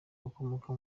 bakomoka